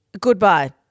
goodbye